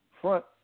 front